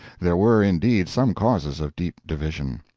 there were indeed some causes of deep division.